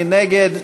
מי נגד?